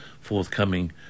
forthcoming